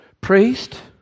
Priest